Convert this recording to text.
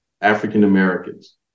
African-Americans